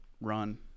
run